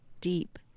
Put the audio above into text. deep